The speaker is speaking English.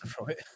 Right